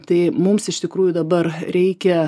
tai mums iš tikrųjų dabar reikia